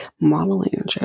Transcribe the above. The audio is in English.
modeling